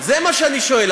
זה מה שאני שואל.